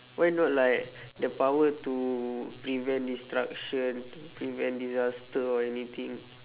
why not like the power to prevent destruction prevent disaster or anything